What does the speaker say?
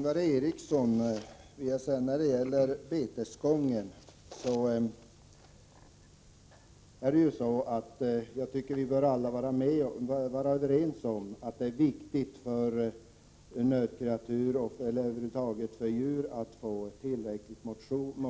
Herr talman! Till Ingvar Eriksson: Beträffande betesgången bör vi alla vara överens om att det är viktigt för nötkreatur och djur över huvud taget att få tillräcklig motion